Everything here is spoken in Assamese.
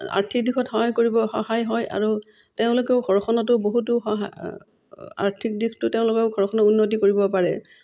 আৰ্থিক দিশত সহায় কৰিব সহায় হয় আৰু তেওঁলোকেও ঘৰখনতো বহুতো সহায় আৰ্থিক দিশটো তেওঁলোকেও ঘৰখনক উন্নতি কৰিব পাৰে